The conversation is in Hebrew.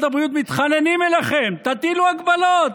הבריאות מתחננים אליכם: תטילו הגבלות.